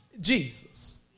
Jesus